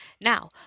now